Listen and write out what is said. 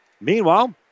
Meanwhile